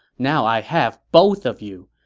now i have both of you.